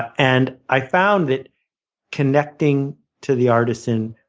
and i found that connecting to the artisan,